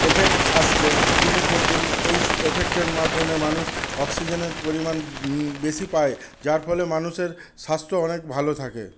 effect আসছে দিনের পর দিন এই এফেক্টের মাধ্যমে মানুষ অক্সিজেনের পরিমাণ বেশি পায় যার ফলে মানুষের স্বাস্থ্য অনেক ভালো থাকে